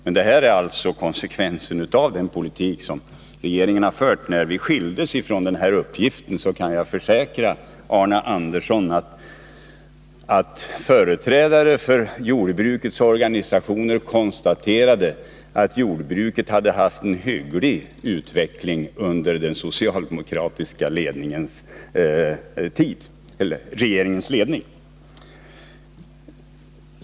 Men detta är alltså konsekvensen av den politik som regeringen har fört. Jag kan försäkra Arne Andersson att när vi skildes från regeringsuppdraget konstaterade företrädare för jordbrukets organisationer att jordbruket hade haft en hygglig utveckling under den socialdemokratiska regeringens ledning.